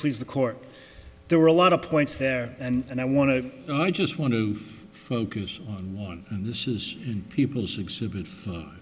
please the court there were a lot of points there and i want to i just want to focus on one and this is people's exhibit